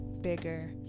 bigger